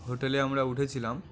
হোটেলে আমরা উঠেছিলাম